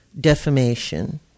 defamation